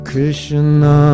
Krishna